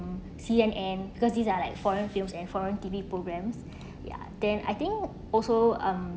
C_N_N because these are like foreign films and foreign T_V programs ya then I think also um